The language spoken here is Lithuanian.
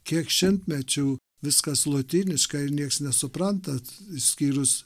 kiek šimtmečių viskas lotyniškai ir nieks nesuprantat išskyrus